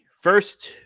first